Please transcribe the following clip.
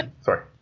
Sorry